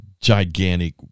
gigantic